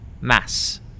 Mass